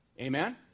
Amen